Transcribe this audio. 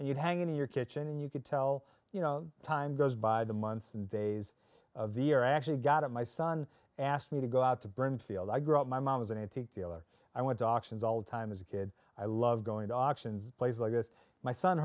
and you'd hang it in your kitchen and you could tell you know time goes by the months and days of the year i actually got it my son asked me to go out to bring field i grew up my mom was an antique dealer i went to auctions all the time as a kid i love going to auctions place like this my son